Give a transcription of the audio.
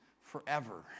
forever